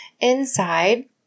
inside